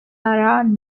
are